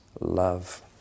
love